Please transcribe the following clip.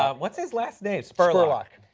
um what is his last name? spurlock.